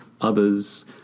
others